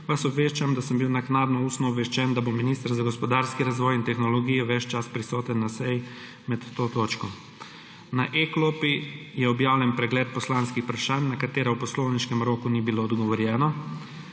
vas obveščam, da sem bil naknadno ustno obveščen, da bo minister za gospodarski razvoj in tehnologijo ves čas prisoten na seji med to točko. Na e-klopi je objavljen pregled poslanskih vprašanj, na katera v poslovniškem roku ni bilo odgovorjeno.